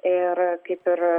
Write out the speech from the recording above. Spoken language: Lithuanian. ir kaip ir